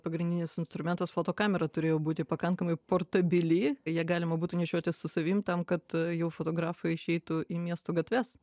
pagrindinis instrumentas fotokamera turėjo būti pakankamai portabili ją galima būtų nešiotis su savim tam kad jau fotografai išeitų į miesto gatves